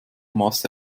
masse